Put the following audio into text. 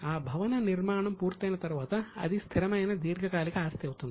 ఆ భవన నిర్మాణం పూర్తయిన తరువాత అది స్థిరమైన దీర్ఘకాలిక ఆస్తి అవుతుంది